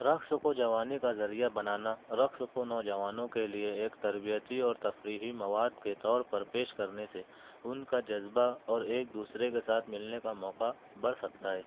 رقص کو جوانی کا ذریعہ بنانا رقص کو نوجوانوں کے لیے ایک تربیتی اور تفریحی مواد کے طور پر پیش کرنے سے ان کا جذبہ اور ایک دوسرے کے ساتھ ملنے کا موقعہ بڑھ سکتا ہے